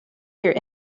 here